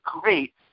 great